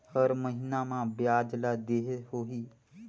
हर महीना मा ब्याज ला देहे होही?